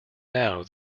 now